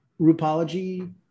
Rupology